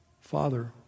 Father